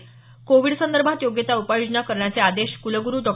Covid संदर्भात योग्य त्या उपाययोजना करण्याचे आदेश कुलगुरु डॉ